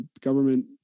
government